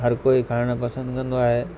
हर कोई खाइणु पसंदि कंदो आहे